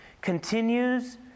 continues